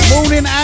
Morning